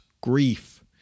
grief